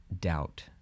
doubt